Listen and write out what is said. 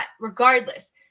regardless